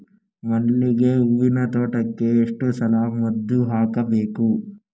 ಮಲ್ಲಿಗೆ ಹೂವಿನ ತೋಟಕ್ಕೆ ಎಷ್ಟು ಸಲ ಮದ್ದು ಹಾಕಬೇಕು?